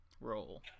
roll